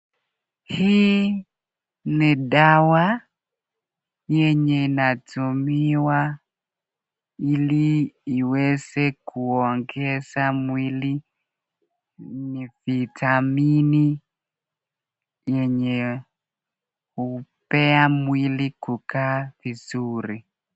Hii ni dawa yenye inatumiwa ili iweze kuongeza mwili, ni vitamini yenye hupea mwili kukaa vizuri.